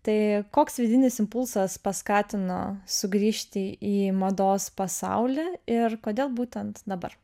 tai koks vidinis impulsas paskatino sugrįžti į mados pasaulį ir kodėl būtent dabar